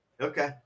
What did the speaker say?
Okay